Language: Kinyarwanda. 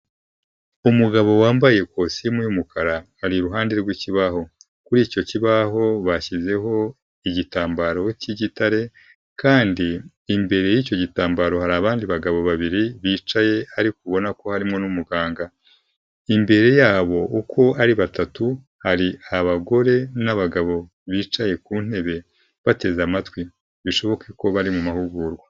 Umugabo wambaye kositimu y'umukara ari iruhande rwikibaho, kuri icyo kibaho bashyizeho igitambaro cy'igitare kandi imbere y'icyo gitambaro hari abandi bagabo babiri bicaye ariko ubona ko harimo n'umuganga imbere yabo uko ari batatu. Hari abagore n'abagabo bicaye ku ntebe bateze amatwi bishoboke ko bari mu mahugurwa.